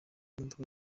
modoka